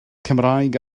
cymraeg